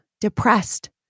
depressed